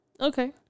Okay